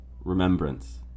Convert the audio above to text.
remembrance